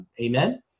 Amen